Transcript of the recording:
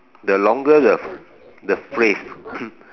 the longer the the phrase